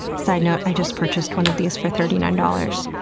side note, i just purchased one of these for thirty nine dollars.